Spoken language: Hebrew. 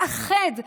לאחד,